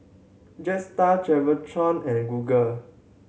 Jetstar Travel and Google